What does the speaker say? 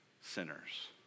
sinners